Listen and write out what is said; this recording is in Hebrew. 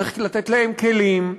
צריך לתת להם כלים.